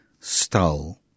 stole